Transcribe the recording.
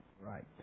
Right